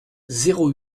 zéro